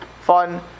fun